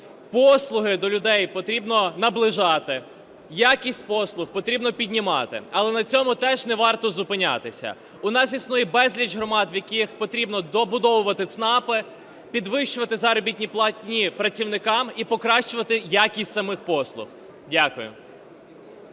Послуги до людей потрібно наближати. Якість послуг потрібно піднімати. Але на цьому теж не варто зупинятися. У нас існує безліч громад, в яких потрібно добудовувати ЦНАПи, підвищувати заробітні плати працівникам і покращувати якість самих послуг. Дякую.